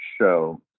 show